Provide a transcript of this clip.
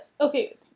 Okay